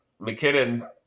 McKinnon